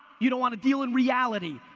you don't want to deal in reality.